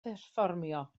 perfformio